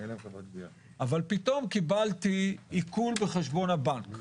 אבל פתאום קיבלתי עיקול בחשבון הבנק.